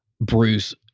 Bruce